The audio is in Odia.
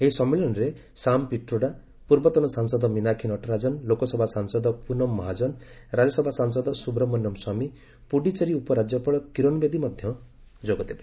ଏହି ସମ୍ମିଳନୀରେ ସାମ୍ ପିଟ୍ରୋଡା ପୂର୍ବତନ ସାଂସଦ ମିନାକ୍ଷୀ ନଟରାଜନ ଲୋକସଭା ସାଂସଦ ପୁନମ ମହାଜନ ରାଜ୍ୟସଭା ସାଂସଦ ସୁବ୍ରମଣ୍ୟମ ସ୍ୱାମୀ ପୁଡିଚେରୀ ଉପରାଜ୍ୟପାଳ କିରଣ ବେଦୀ ମଧ୍ୟ ଯୋଗଦେବେ